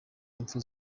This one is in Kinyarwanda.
impfu